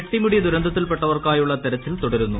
പെട്ടിമുടി ദുരന്തത്തിൽപ്പെട്ടവർക്കായുള്ള തെരച്ചിൽ തുടരുന്നു